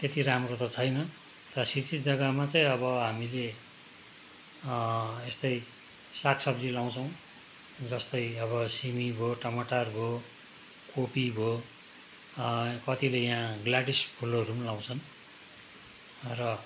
त्यत्ति राम्रो त छैन र शिक्षित जग्गामा चाहिँ अब हामीले यस्तै सागसब्जी लगाउँछौँ जस्तै अब सिमी भयो टमाटर भयो कोपी भयो कत्तिले यहाँ ग्लाडियस फुलहरू पनि लगाउँछन् र